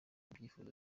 ibyifuzo